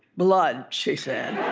blood she said.